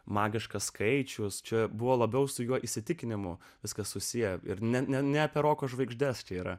magiškas skaičius čia buvo labiau su juo įsitikinimu viskas susiję ir ne ne ne apie roko žvaigždes tai yra